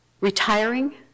retiring